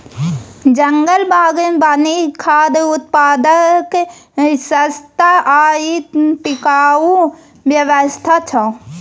जंगल बागवानी खाद्य उत्पादनक सस्ता आ टिकाऊ व्यवस्था छै